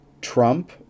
Trump